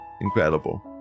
Incredible